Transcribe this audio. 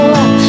up